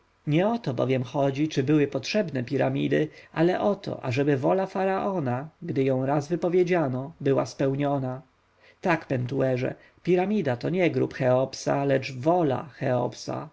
to bowiem chodzi czy były potrzebne piramidy ale o to ażeby wola faraona gdy ją raz wypowiedziano była spełniona tak pentuerze piramida to nie grób cheopsa lecz wola